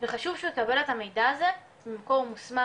וחשוב שהוא יקבל את המידע הזה ממקור מוסמך,